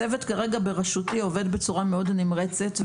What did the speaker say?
הצוות בראשותי עובד בצורה מאוד נמרצת,